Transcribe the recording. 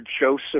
Joseph